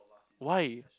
why